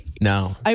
No